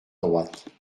droite